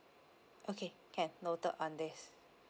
okay can noted on this